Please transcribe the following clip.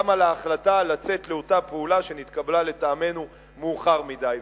גם על ההחלטה לצאת לאותה פעולה שנתקבלה לטעמנו מאוחר מדי.